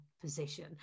position